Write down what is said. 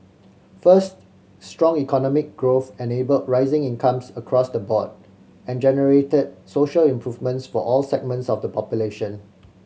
first strong economic growth enabled rising incomes across the board and generated social improvements for all segments of the population